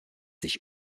sich